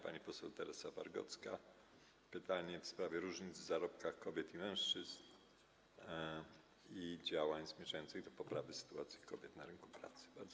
Pani poseł Teresa Wargocka zada pytanie w sprawie różnic w zarobkach kobiet i mężczyzn oraz działań zmierzających do poprawy sytuacji kobiet na rynku pracy w tym zakresie.